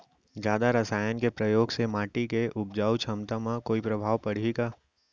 जादा रसायन के प्रयोग से माटी के उपजाऊ क्षमता म कोई प्रभाव पड़ही का?